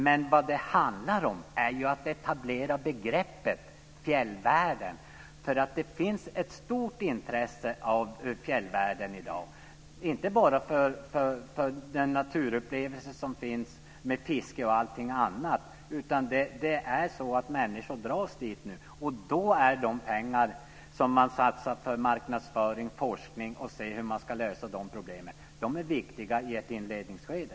Men vad det handlar om är ju att etablera begreppet fjällvärlden. Det finns nämligen ett stort intresse för fjällvärlden i dag, inte bara för naturupplevelser med fiske och annat, utan människor dras dit nu. Och då är de pengar som man satsar på marknadsföring och forskning för att ta reda på hur man ska lösa dessa problem viktiga i ett inledningsskede.